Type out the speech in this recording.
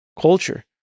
culture